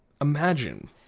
imagine